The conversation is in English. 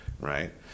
right